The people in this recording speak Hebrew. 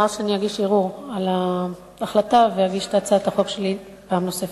שאני אגיש ערעור על ההחלטה ואגיש את הצעת החוק שלי פעם נוספת.